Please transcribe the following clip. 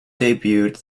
debuted